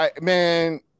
Man